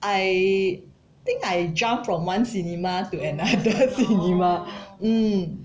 I think I jump from one cinema to another cinema mm